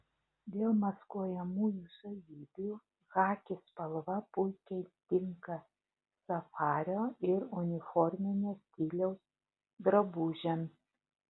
dėl maskuojamųjų savybių chaki spalva puikiai tinka safario ir uniforminio stiliaus drabužiams